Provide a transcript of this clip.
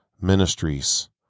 Ministries